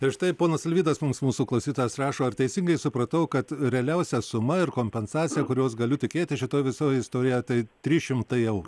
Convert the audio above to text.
ir štai ponas alvydas mums mūsų klausytojas rašo ar teisingai supratau kad realiausia suma ir kompensacija kurios galiu tikėtis šitoj visoj istorijoje tai trys šimtai eurų